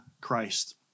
Christ